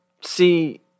see